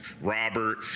Robert